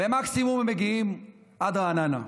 ומקסימום הם מגיעים עד רעננה.